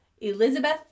elizabeth